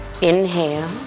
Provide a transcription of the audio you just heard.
Inhale